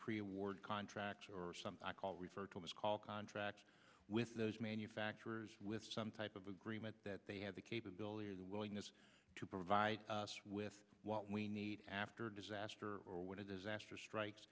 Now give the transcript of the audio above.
pre ward contracts or something i call refer to his call contract with those manufacturers with some type of agreement that they have the capability or the willingness to provide us with what we need after a disaster or what a disaster strikes